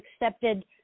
accepted